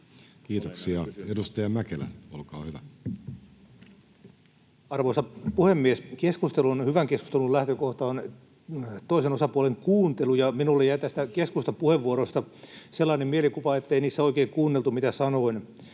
Kiitoksia. — Edustaja Mäkelä, olkaa hyvä. Arvoisa puhemies! Keskustelun ja hyvän keskustelun lähtökohta on toisen osapuolen kuuntelu, ja minulle jäi tästä keskustan puheenvuorosta sellainen mielikuva, ettei oikein kuunneltu, mitä sanoin.